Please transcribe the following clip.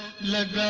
lead